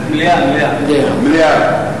בעד, דיון במליאה,